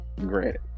granted